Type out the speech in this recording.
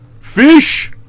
Fish